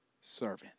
Servant